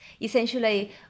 essentially